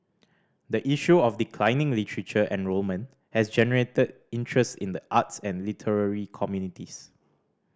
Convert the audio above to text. the issue of declining literature enrolment has generated interest in the arts and literary communities